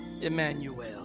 Emmanuel